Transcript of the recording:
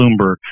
Bloomberg